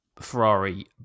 Ferrari